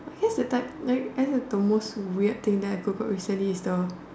here's the type like I think the most weird thing that I Googled recently is the